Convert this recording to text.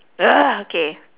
K